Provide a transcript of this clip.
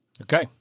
Okay